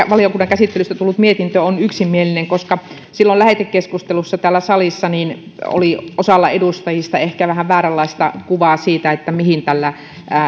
valiokunnan käsittelystä tullut mietintö on yksimielinen koska silloin lähetekeskustelussa täällä salissa oli osalla edustajista ehkä vähän vääränlaista kuvaa siitä mihin tällä